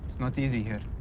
not easy here.